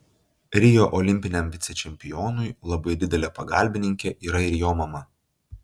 rio olimpiniam vicečempionui labai didelė pagalbininkė yra ir jo mama